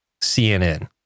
CNN